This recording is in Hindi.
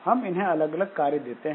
हम इन्हें अलग अलग कार्य देते हैं